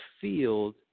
field